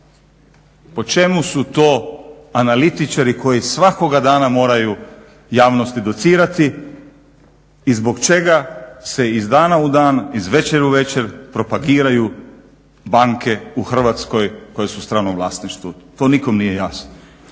Po čemu su to analitičari koji svakoga dana moraju javnosti docirati i zbog čega se iz dana u dan, iz večeri u večer propagiraju banke u Hrvatskoj koje su u stranom vlasništvu. To nikom nije jasno.